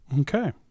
Okay